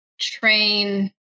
train